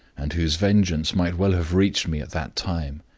and whose vengeance might well have reached me at that time.